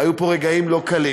היו פה רגעים לא קלים.